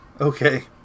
Okay